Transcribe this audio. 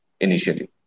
initially